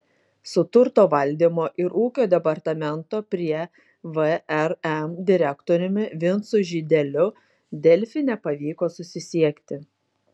su turto valdymo ir ūkio departamento prie vrm direktoriumi vincu žydeliu delfi nepavyko susisiekti